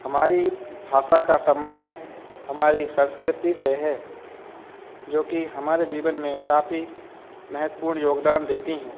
हमारी भाषा का संबंध हमारी संस्कृति से है जोकि हमारे जीवन में काफी महत्वपूण योगदान देती हैं